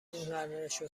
اینقدرشو